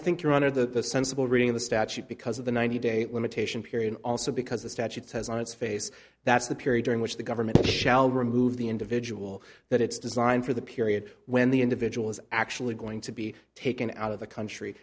think your honor the sensible reading of the statute because of the ninety day limitation period also because the statute says on its face that's the period during which the government shall remove the individual that it's designed for the period when the individual is actually going to be taken out of the country